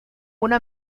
una